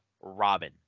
Robin